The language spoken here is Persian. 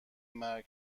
مرگ